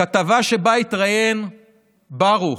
כתבה שבה התראיין ברוך,